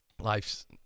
life's